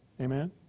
amen